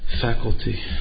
faculty